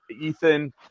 Ethan